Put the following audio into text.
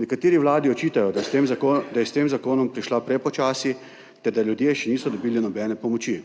Nekateri vladi očitajo, da je s tem zakonom prišla prepočasi ter da ljudje še niso dobili nobene pomoči.